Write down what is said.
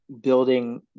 building